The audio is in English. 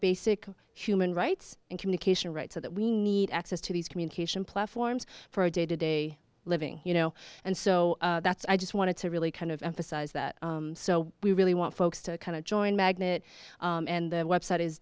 basic human rights and communication right so that we need access to these communication platforms for a day to day living you know and so that's i just wanted to really kind of emphasize that so we really want folks to kind of join magnet and their website is